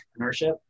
entrepreneurship